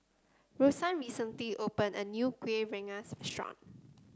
Rosann recently opened a new Kueh Rengas Restaurant